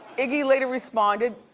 iggy later responded.